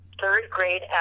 third-grade